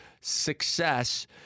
success